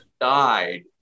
died